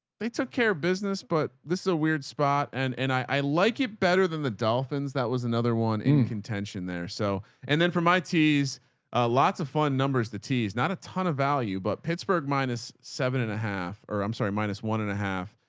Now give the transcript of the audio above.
they took care of business, but this is a weird spot. and and i like it better than the dolphins. that was another one in contention there. so, and then from my t's a lots of fun numbers. the t's not a ton of value, but pittsburgh minus seven and a half, or i'm sorry, minus one and a half.